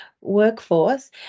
workforce